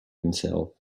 himself